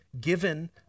Given